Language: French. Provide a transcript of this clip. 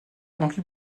henri